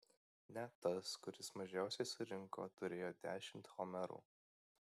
net tas kuris mažiausiai surinko turėjo dešimt homerų